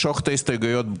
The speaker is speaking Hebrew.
שזה יגביל אותם לדרישת דוח.